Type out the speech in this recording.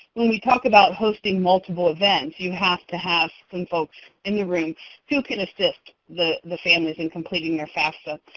when we talk about hosting multiple events, you have to have some folks in the room so who can assist the the families in completing their fafsa.